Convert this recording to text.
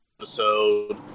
episode